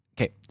okay